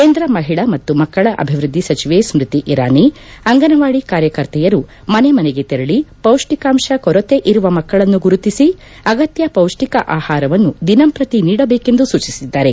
ಕೇಂದ್ರ ಮಹಿಳಾ ಮತ್ತು ಮಕ್ಕಳ ಅಭಿವೃದ್ದಿ ಸಚಿವೆ ಸ್ಕತಿ ಇರಾನಿ ಅಂಗಸವಾಡಿ ಕಾರ್ಯಕರ್ತೆಯರು ಮನೆಮನೆಗೆ ತೆರಳಿ ಪೌಷ್ಟಿಕಾಂಶ ಕೊರತೆ ಇರುವ ಮಕ್ಕಳನ್ನು ಗುರುತಿಸಿ ಅಗತ್ಯ ಪೌಷ್ಟಿಕ ಆಹಾರವನ್ನು ದಿನಂಪ್ರತಿ ನೀಡಬೇಕೆಂದು ಸೂಚಿಸಿದ್ದಾರೆ